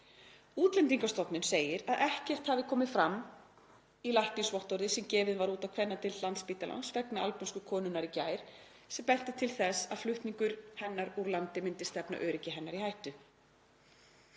Útlendingastofnun segir að ekkert hafi komið fram í læknisvottorði, sem gefið var út á kvennadeild Landspítalans vegna albönsku konunnar í gær, sem benti til þess að flutningur hennar úr landi myndi stefna öryggi hennar í hættu.